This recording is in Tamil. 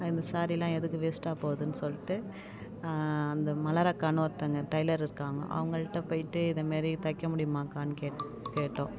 இந்த ஸேரீயெல்லாம் எதுக்கு வேஸ்ட்டாக போகுதுன்னு சொல்லிட்டு அந்த மலர்க்கான்னு ஒருத்தவங்க டைலர் இருக்காங்க அவங்களுட்ட போய்விட்டு இது மாரி தைக்க முடியும்மாக்கான்னு கேட்டோம்